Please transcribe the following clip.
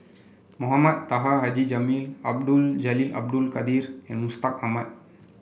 Mohamed Taha Haji Jamil Abdul Jalil Abdul Kadir and Mustaq Ahmad